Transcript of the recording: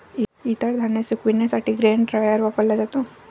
इतर धान्य सुकविण्यासाठी ग्रेन ड्रायर वापरला जातो